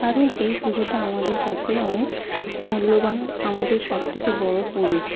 কারণ এই পুজোটা আমাদের কাছে অনেক মূল্যবান আমাদের সবথেকে বড় পুজো